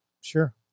Sure